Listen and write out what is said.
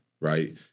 right